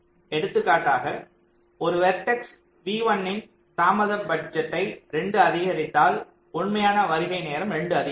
எடுத்துக்காட்டாக ஒரு vertex V1 ன் தாமத பட்ஜெட்டை 2 அதிகரித்தால் உண்மையான வருகை நேரம் 2 அதிகரிக்கும்